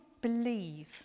believe